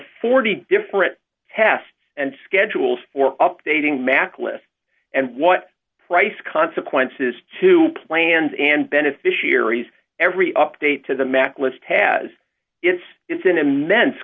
dollars different tests and schedules for updating mac lists and what price consequences to plans and beneficiaries every update to the mac list has it's it's an immen